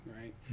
right